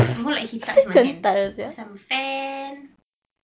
more like he touched my hand macam fan